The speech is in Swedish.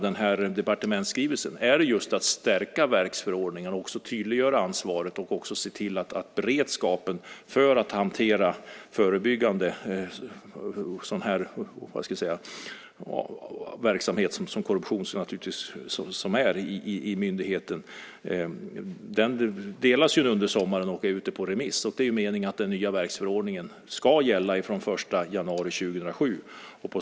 Den handlar om att stärka verksförordningen och tydliggöra ansvaret och se till att det finns en beredskap för att förebyggande hantera korruption i en myndighet. Den delas under sommaren. Den är nu ute på remiss. Det är meningen att den nya verksförordningen ska gälla från den 1 januari 2007.